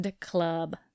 club